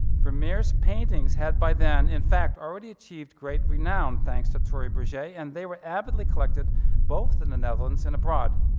vermeer's paintings had by then in fact already achieved great reknowned thanks to troy briget and they were avidly collected both in the netherlands and abroad.